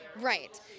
Right